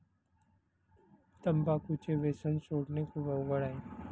तंबाखूचे व्यसन सोडणे खूप अवघड आहे